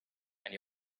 and